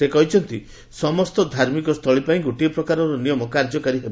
ସେ କହିଛନ୍ତି ସମସ୍ତ ଧାର୍ମିକସ୍ଥଳୀ ପାଇଁ ଗୋଟିଏ ପ୍ରକାର ନିୟମ କାର୍ଯ୍ୟକାରୀ ହେବ